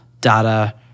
data